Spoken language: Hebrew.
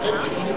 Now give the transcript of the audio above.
אדוני יתחיל,